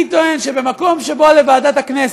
אני טוען שבמקום שבו לוועדת הכנסת,